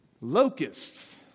locusts